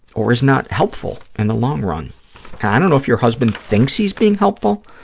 or is not helpful in the long run. and i don't know if your husband thinks he's being helpful,